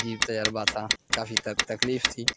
عجیب تجربہ تھا کافی تک تکلیف تھی